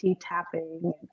tapping